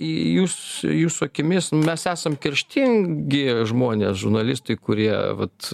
į jus jūsų akimis mes esam kerštingi žmonės žurnalistai kurie vat